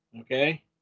Okay